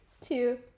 two